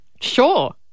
Sure